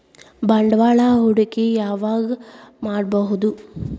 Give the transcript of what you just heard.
ಬಂಡವಾಳ ಹೂಡಕಿ ಯಾವಾಗ್ ಮಾಡ್ಬಹುದು?